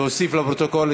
להוסיף לפרוטוקול,